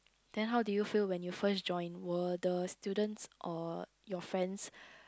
then how do you feel when you first join were the students or your friends